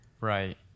right